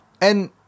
And-